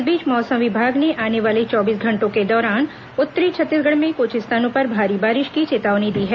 इस बीच मौसम विभाग ने आने वाले चौबीस घंटों के दौरान उत्तरी छत्तीसगढ़ में कुछ स्थानों पर भारी बारिश की चेतावनी दी है